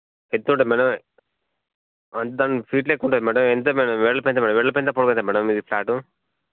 ఎంత ఉంటుంది మేడమ్ అంటే దానికి ఫీట్ లెక్క ఉంటుంది మేడం ఎంత మేడం వెడల్పు ఎంత మేడం వెడల్పు ఎంత మేడం మీది ఫ్లాటు